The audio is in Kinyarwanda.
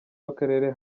w’akarere